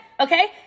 Okay